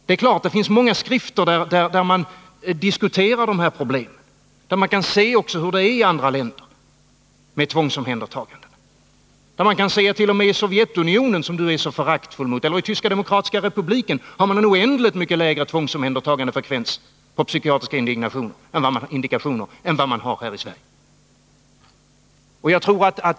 Det finns många skrifter där de här problemen diskuteras och där man kan se också hur det är i andra länder med tvångsomhändertagandena. Man kan se att det t.o.m. i Sovjetunionen — som Gabriel Romanus är så föraktfull mot — och i Tyska demokratiska republiken är en oändligt mycket lägre frekvens av tvångsomhändertagande på psykiatriska indikationer än vi har här i Sverige.